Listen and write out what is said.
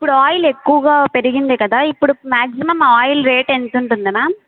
ఇప్పుడు ఆయిల్ ఎక్కువగా పెరిగింది కదా ఇప్పుడు మ్యాగ్జిమం ఆయిల్ రేట్ ఎంతుంటుంది మ్యామ్